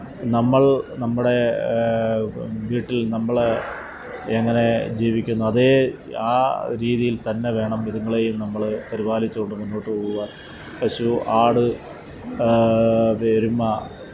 നമ്മള് നമ്മുടെ വീട്ടില് നമ്മൾ എങ്ങനെ ജീവിക്കുന്നു അതേ ആ രീതിയിൽത്തന്നെ വേണം ഇതുങ്ങളേയും നമ്മൾ പരിപാലിച്ചുകൊണ്ട് മുന്നോട്ട് പോകുവ പശു ആട് എരുമ